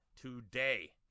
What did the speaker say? today